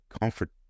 comfort